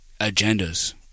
agendas